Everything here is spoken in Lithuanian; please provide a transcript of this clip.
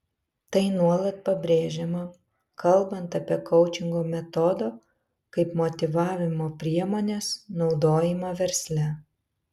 tai nuolat pabrėžiama kalbant apie koučingo metodo kaip motyvavimo priemonės naudojimą versle